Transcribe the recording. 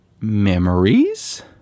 memories